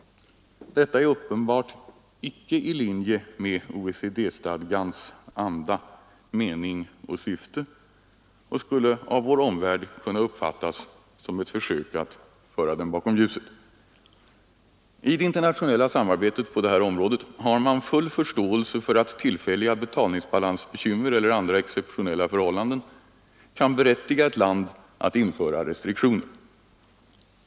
Detta är uppenbart icke i linje med OECD-stadgans anda, mening och syfte, och det skulle av vår omvärld kunna uppfattas som ett försök att föra de andra länderna bakom ljuset. I det internationella samarbetet på det här området har man full förståelse för att tillfälliga betalningsbalansbekymmer eller andra exceptionella förhållanden kan berättiga ett land att införa restriktioner.